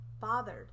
bothered